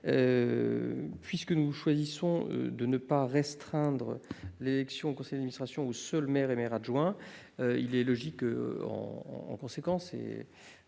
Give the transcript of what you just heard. Puisque nous choisissons de ne pas restreindre l'élection au conseil d'administration aux seuls maires et maires adjoints, il est logique d'autoriser